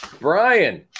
Brian